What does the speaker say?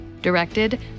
Directed